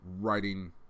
writing